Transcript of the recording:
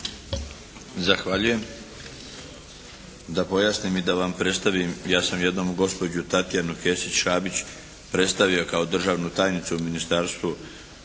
Darko (HDZ)** Da pojasnim i da vam predstavim. Ja sam jednom gospođu Tatjanu Kesić-Šabić predstavio kao državnu tajnicu u Ministarstvu